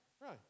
Right